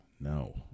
No